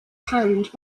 panned